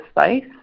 space